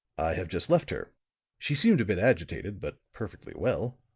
have just left her she seemed a bit agitated, but perfectly well.